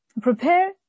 prepare